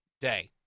day